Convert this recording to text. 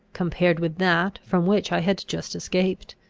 compared with that from which i had just escaped.